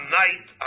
night